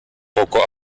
poco